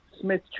Smith